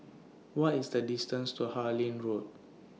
What IS The distance to Harlyn Road